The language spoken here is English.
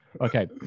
okay